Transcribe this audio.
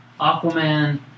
Aquaman